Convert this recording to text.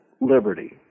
liberty